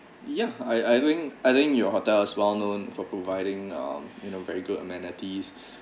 ya I I think I think your hotel is well known for providing um you know very good amenities